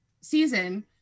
season